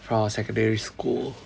from secondary school